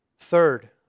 Third